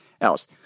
else